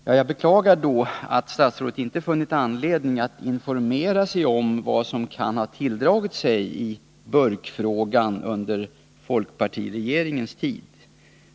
Jag beklagar verkligen att statsrådet inte funnit anledning att informera sig om vad som kan ha tilldragit sig i burkfrågan under folkpartiregeringens tid.